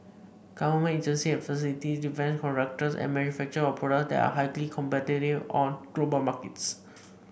government agency and facility defence contractors and manufacturers of products that are highly competitive on global markets